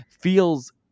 feels